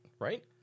Right